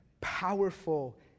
powerful